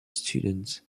students